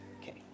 Okay